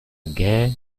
guerre